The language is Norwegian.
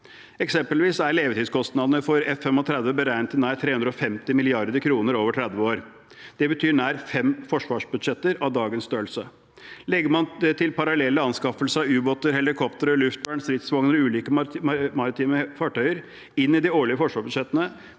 Eksempelvis er levetidskostnadene for F-35 beregnet til nær 350 mrd. kr over 30 år. Det betyr nesten fem forsvarsbudsjetter av dagens størrelse. Legger man det til parallelle anskaffelser av ubåter, helikopter, luftvern, stridsvogner og ulike maritime fartøyer i de årlige forsvarsbudsjettene,